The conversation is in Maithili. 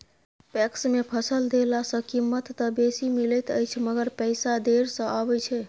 पैक्स मे फसल देला सॅ कीमत त बेसी मिलैत अछि मगर पैसा देर से आबय छै